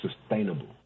sustainable